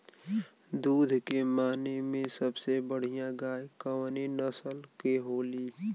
दुध के माने मे सबसे बढ़ियां गाय कवने नस्ल के होली?